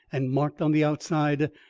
and marked on the outside,